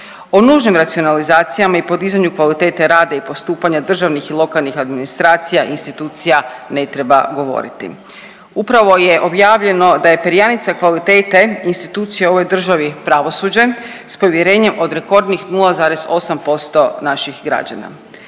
O nužnim racionalizacijama i podizanju kvalitete rada i postupanja državnih i lokalnih administracija i institucija ne treba govoriti. Upravo je objavljeno da je perjanica kvalitete institucije u ovoj državi pravosuđe s povjerenjem od rekordnih 0,8% naših građana.